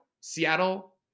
Seattle